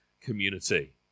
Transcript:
community